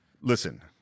Listen